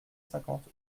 cinquante